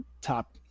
top